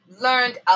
learned